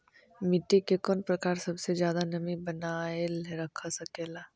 मिट्टी के कौन प्रकार सबसे जादा नमी बनाएल रख सकेला?